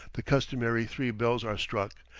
the customary three bells are struck,